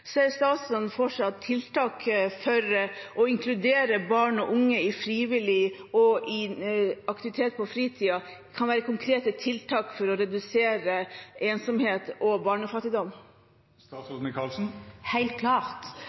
Ser statsråden for seg at tiltak for å inkludere barn og unge i aktivitet i fritiden kan være konkrete tiltak for å redusere ensomhet og barnefattigdom? Helt klart.